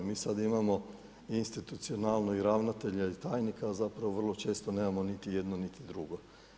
Mi sad imamo institucionalno i ravnatelja i tajnika, a zapravo vrlo često nemamo niti jedno, niti drugo.